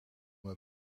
mijn